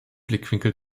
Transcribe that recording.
blickwinkel